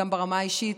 גם ברמה האישית,